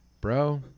bro